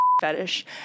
fetish